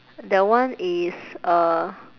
that one is uh